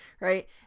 right